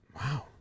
Wow